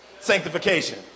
sanctification